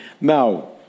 Now